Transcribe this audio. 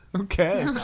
Okay